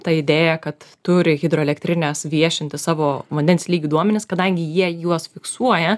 ta idėja kad turi hidroelektrinės viešinti savo vandens lygių duomenis kadangi jie juos fiksuoja